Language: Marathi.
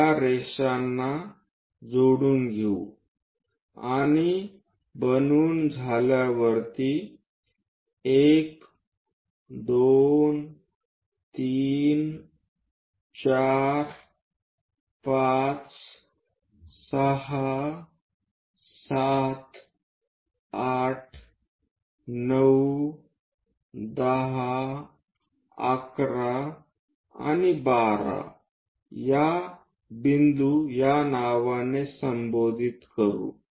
या रेषांना जोडून घेऊ आणि बनवून झाल्यावर 1 2 3 4 5 6 7 8 9 10 11 आणि 12 बिंदू या नावाने संबोधित करू